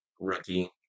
rookie